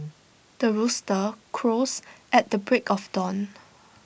the rooster crows at the break of dawn